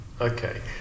Okay